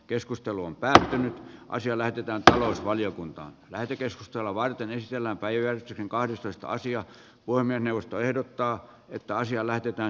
keskustelu on päätynyt asia lähetetään talousvaliokunta lähetekeskustelua varten ei siellä on päivätty kahdestoista asiat poimien jaosto ehdottaa että asia puhemies